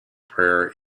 prayer